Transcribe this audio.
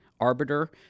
arbiter